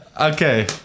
Okay